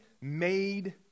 made